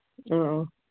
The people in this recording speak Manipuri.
ꯑ ꯑ